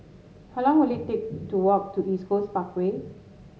how long will it take to walk to East Coast Parkway